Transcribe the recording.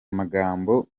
majambo